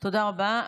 תודה רבה.